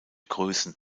größen